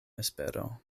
espero